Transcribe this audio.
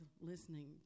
listening